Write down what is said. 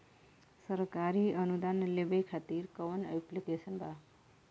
सरकारी अनुदान लेबे खातिर कवन ऐप्लिकेशन बा?